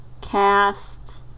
Cast